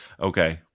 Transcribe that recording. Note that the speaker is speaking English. Okay